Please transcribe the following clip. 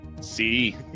See